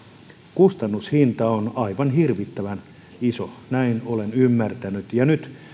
kustannushinta on aivan hirvittävän iso näin olen ymmärtänyt nyt